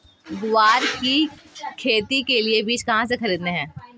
ग्वार की खेती के लिए बीज कहाँ से खरीदने हैं?